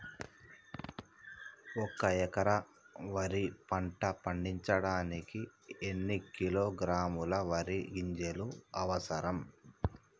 ఒక్క ఎకరా వరి పంట పండించడానికి ఎన్ని కిలోగ్రాముల వరి గింజలు అవసరం?